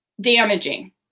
damaging